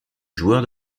joueur